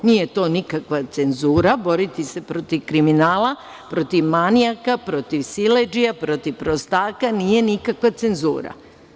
Nije to nikakva cenzura boriti se protiv kriminala, protiv manijaka, protiv siledžija, protiv prostaka, nije nikakva cenzura.